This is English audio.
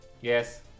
Yes